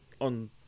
On